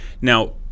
Now